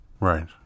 Right